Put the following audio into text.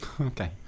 Okay